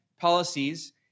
policies